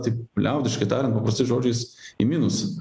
taip liaudiškai tariant paprastais žodžiais į minusą